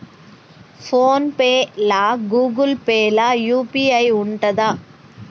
Phone pay లా Google Pay లా UPI ఉంటదా?